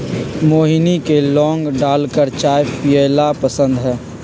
मोहिनी के लौंग डालकर चाय पीयला पसंद हई